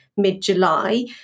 mid-July